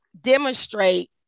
demonstrate